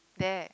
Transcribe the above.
there